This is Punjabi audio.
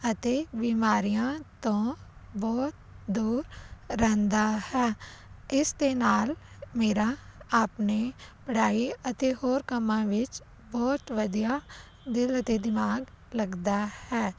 ਅਤੇ ਬਿਮਾਰੀਆਂ ਤੋਂ ਬਹੁਤ ਦੂਰ ਰਹਿੰਦਾ ਹੈ ਇਸ ਦੇ ਨਾਲ ਮੇਰਾ ਆਪਣੇ ਪੜ੍ਹਾਈ ਅਤੇ ਹੋਰ ਕੰਮਾਂ ਵਿੱਚ ਬਹੁਤ ਵਧੀਆ ਦਿਲ ਅਤੇ ਦਿਮਾਗ ਲੱਗਦਾ ਹੈ